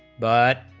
but